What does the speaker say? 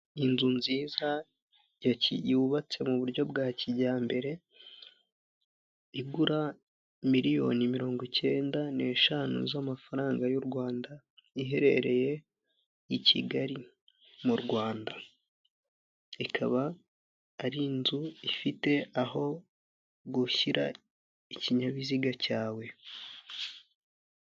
Inzu nziza yubatse mu buryo bwa kijyambere, igura miliyoni mirongo icyeda n'eshanu z'amafaranga y'u Rwanda, iherereye i Kigali mu Rwanda. Ikaba ari inzu ifite aho gushyira ikinyabiziga cyawe.